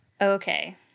Okay